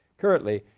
currently,